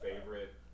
favorite